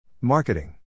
Marketing